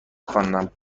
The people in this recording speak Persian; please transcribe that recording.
خواندم